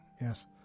yes